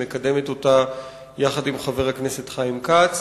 שמקדמת אותה יחד עם חבר הכנסת חיים כץ.